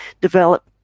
develop